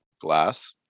glass